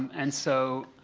and so,